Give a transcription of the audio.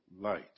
light